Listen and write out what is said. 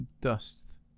dust